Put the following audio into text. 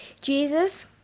Jesus